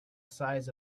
size